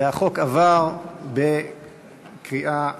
והחוק עבר בקריאה שלישית,